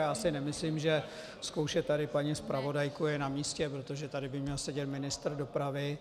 Já si nemyslím, že zkoušet tady paní zpravodajku je na místě, protože tady by měl sedět ministr dopravy.